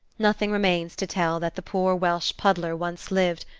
nothing remains to tell that the poor welsh puddler once lived,